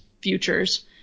futures